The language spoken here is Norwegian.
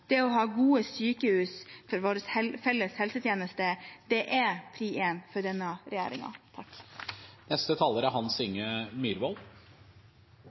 Det å ha gode sykehus for vår felles helsetjeneste er prioritet nummer én for denne